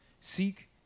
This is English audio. Seek